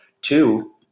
Two